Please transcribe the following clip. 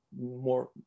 more